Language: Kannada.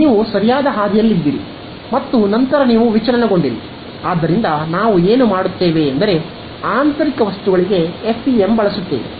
ನೀವು ಸರಿಯಾದ ಹಾದಿಯಲ್ಲಿದ್ದಿರಿ ಮತ್ತು ನಂತರ ನೀವು ವಿಚಲನಗೊಂಡಿರಿ ಆದ್ದರಿಂದ ನಾವು ಏನು ಮಾಡುತ್ತೇವೆ ಎಂದರೆ ಆಂತರಿಕ ವಸ್ತುಗಳಿಗೆ FEM ಬಳಸುತ್ತೇವೆ